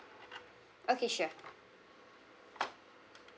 okay sure